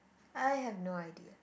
I have no idea